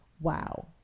wow